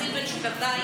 המוצרים: מוצרי יסוד,